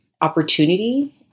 opportunity